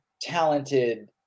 talented